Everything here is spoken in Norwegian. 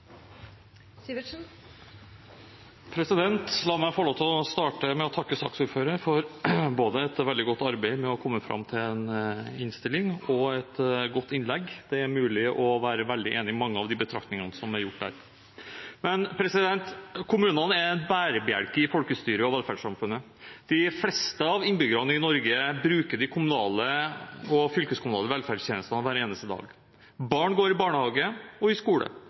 omme. La meg få lov til å starte med å takke saksordføreren, både for et veldig godt arbeid med å komme fram til en innstilling og for et godt innlegg. Det er mulig å være veldig enig i mange av de betraktningene som er gjort der. Kommunene er en bærebjelke i folkestyret og velferdssamfunnet. De fleste av innbyggerne i Norge bruker de kommunale og fylkeskommunale velferdstjenestene hver eneste dag. Barn går i barnehage og i skole.